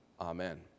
Amen